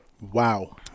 Wow